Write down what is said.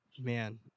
man